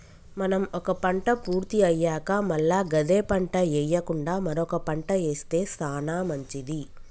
మనం ఒక పంట పూర్తి అయ్యాక మల్ల గదే పంట ఎయ్యకుండా మరొక పంట ఏస్తె సానా మంచిది